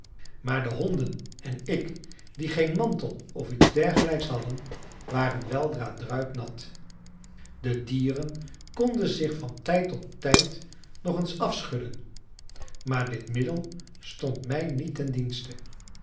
maar de honden en ik die geen mantel of iets dergelijks hadden waren weldra druipnat de dieren konden zich van tijd tot tijd nog eens afschudden maar dit middel stond mij niet ten dienste